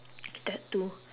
tattoo